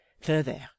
Further